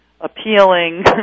appealing